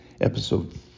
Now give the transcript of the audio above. Episode